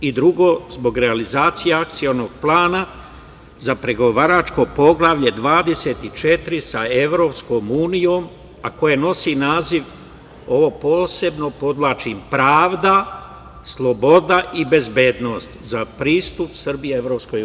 Drugo, zbog realizacije akcionog plana za pregovaračko Poglavlje 24. sa EU, a koje nosi naziv, posebno podvlačim - pravda, sloboda i bezbednost za pristup Srbije EU.